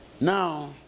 Now